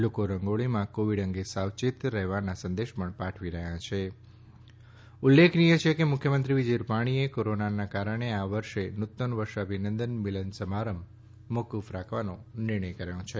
લોકો રંગોળીમાં કોવિડ અંગે સાવચેત રહેવાના સંદેશ પણ પાઠવી રહ્યા છે ઉલ્લેખનિય છે કે મુખ્યમંત્રી વિજય રૂપાણીએ કોરોનાના પગલે આ વર્ષે નૂતન વર્ષાભિનંતન મિલન સમારંભ મોકુફ રાખવાનો નિર્ણય કર્યો છે